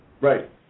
Right